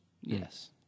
Yes